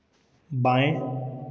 बाएँ